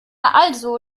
also